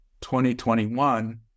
2021